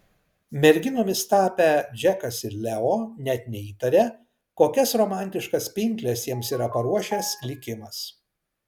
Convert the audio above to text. merginomis tapę džekas ir leo net neįtaria kokias romantiškas pinkles jiems yra paruošęs likimas